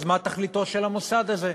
אז מה תכליתו של המוסד הזה?